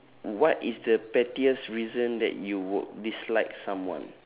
what is the pettiest reason that you would dislike someone